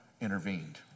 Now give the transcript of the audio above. intervened